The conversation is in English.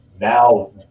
Now